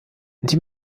die